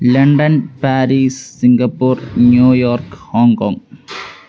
London Paris Singapore New York Hong Kong